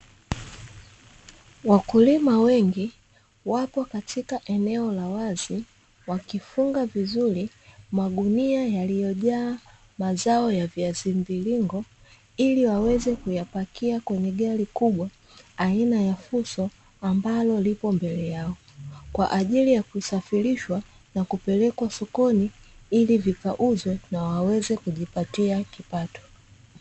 Wakulima wengi wapo katika eneo la wazi, wakifunga vizuri magunia yaliyojaa mazao ya viazi mviringo ili waweze kuyapakia kwenye gari kubwa aina ya fuso ambalo lipo mbele yao, kwa ajili ya kusafirishwa na kupelekwa sokoni ili vikauzwe na waweze kujipatia kipato.